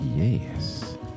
Yes